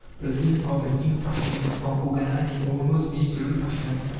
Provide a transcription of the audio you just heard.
ploughing, harvesting, thrashing, are organized in almost military fashion.